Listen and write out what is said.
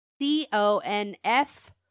C-O-N-F